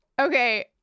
okay